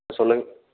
சொல்லுங்கள்